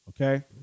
Okay